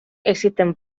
existen